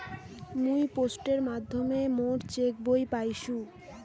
মুই পোস্টের মাধ্যমে মোর চেক বই পাইসু